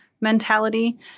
mentality